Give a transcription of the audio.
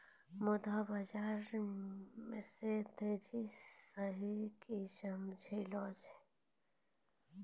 मुद्रा बाजार से तोंय सनि की समझै छौं?